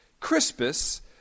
Crispus